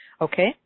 Okay